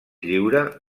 lliure